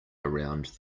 around